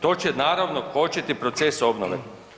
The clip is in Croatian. To će naravno kočiti proces obnove.